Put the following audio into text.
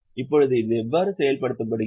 இப்போது இது எவ்வாறு செயல்படுத்தப்படுகிறது